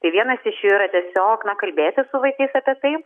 tai vienas iš jų yra tiesiog kalbėtis su vaikais apie tai